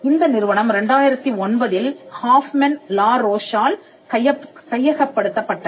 இந்த நிறுவனம் 2009இல் ஹாஃப்மன் லாரோச்சால் கையகப்படுத்தப்பட்டது